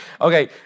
Okay